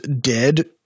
dead